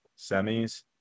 semis